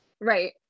Right